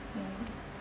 mm